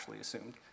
assumed